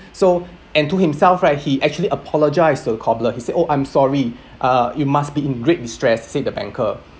so and to himself right he actually apologise to the cobbler he said oh I'm sorry uh you must be in great distress said the banker